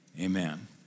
amen